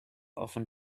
often